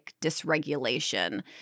dysregulation